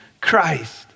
Christ